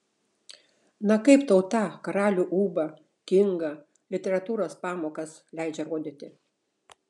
na kaip tau tą karalių ūbą kingą literatūros pamokas leidžia rodyti